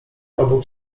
obok